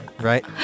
right